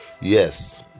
Yes